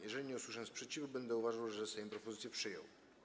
Jeżeli nie usłyszę sprzeciwu, będę uważał, że Sejm propozycję przyjął.